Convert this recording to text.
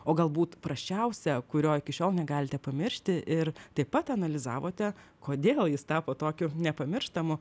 o galbūt prasčiausią kurio iki šiol negalite pamiršti ir taip pat analizavote kodėl jis tapo tokiu nepamirštamu